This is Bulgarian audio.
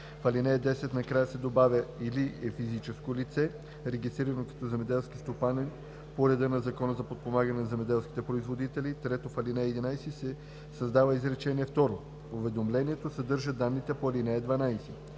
В ал. 10 накрая се добавя „или е физическо лице, регистрирано като земеделски стопанин по реда на Закона за подпомагане на земеделските производители.“ 3. В ал. 11 се създава изречение второ: „Уведомлението съдържа данните по ал. 12.“